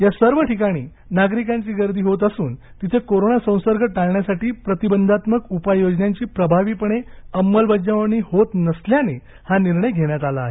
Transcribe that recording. या सर्व ठिकाणी नागरिकांची गर्दी होत असून तिथे कोरोना संसर्ग टाळण्यासाठी प्रतिबंधात्मक उपाययोजनांची प्रभावीपणे अंमलबजावणी होत नसल्याने हा निर्णय घेण्यात आला आहे